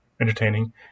entertaining